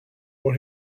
for